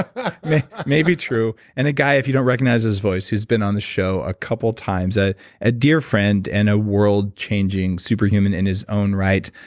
ah may be true, and a guy, if you don't recognize his voice, who's been on the show a couple times. a a dear friend and a world changing super human in his own right,